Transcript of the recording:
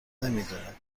نمیدونه